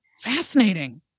fascinating